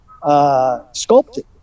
Sculpted